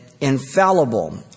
infallible